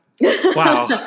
Wow